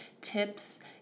tips